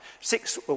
six